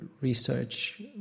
research